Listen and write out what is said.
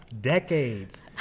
Decades